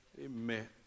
Amen